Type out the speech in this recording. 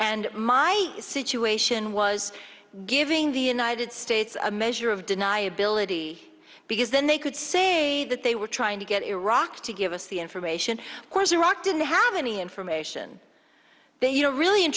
and my situation was giving the united states a measure of deniability because then they could say that they were trying to get iraq to give us the information was iraq didn't have any information they you know really and